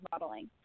modeling